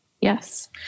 Yes